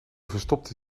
verstopte